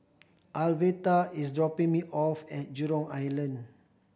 Alverta is dropping me off at Jurong Island